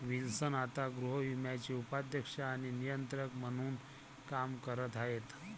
Wilson आता गृहविम्याचे उपाध्यक्ष आणि नियंत्रक म्हणून काम करत आहेत